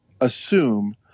assume